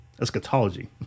Eschatology